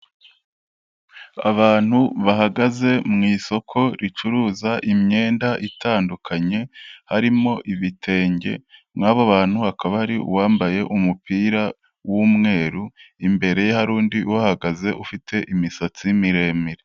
Abantu bahagaze mu isoko ricuruza imyenda itandukanye harimo ibitenge muri abo bantu hakaba hari uwambaye umupira w'umweru, imbere hari undi uhagaze ufite imisatsi miremire.